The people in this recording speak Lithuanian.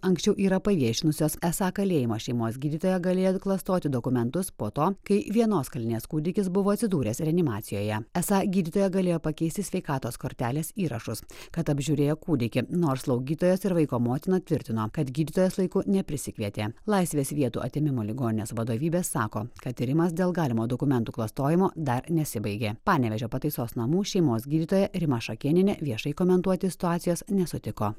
anksčiau yra paviešinusios esą kalėjimo šeimos gydytoja galėjo klastoti dokumentus po to kai vienos kalinės kūdikis buvo atsidūręs reanimacijoje esą gydytoja galėjo pakeisti sveikatos kortelės įrašus kad apžiūrėjo kūdikį nors slaugytojas ir vaiko motina tvirtino kad gydytojas laiku neprisikvietė laisvės vietų atėmimo ligoninės vadovybė sako kad tyrimas dėl galimo dokumentų klastojimo dar nesibaigė panevėžio pataisos namų šeimos gydytoja rima šakėnienė viešai komentuoti situacijos nesutiko